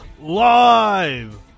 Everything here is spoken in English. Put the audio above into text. live